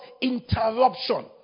interruption